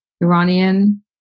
Iranian